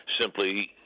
simply